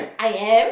I am